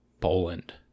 Poland